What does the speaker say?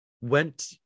went